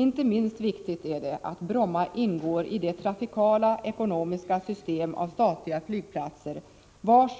Inte minst viktigt är det att Bromma ingår i det trafikala-ekonomiska systemet av statliga flygplatser vars